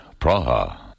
Praha